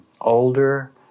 older